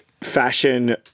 fashion